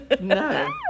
No